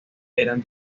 eran